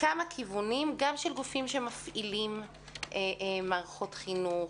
מכמה כיוונים גם של גופים שמפעילים מערכות חינוך,